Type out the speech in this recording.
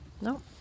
No